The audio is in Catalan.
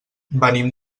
venim